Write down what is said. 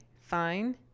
fine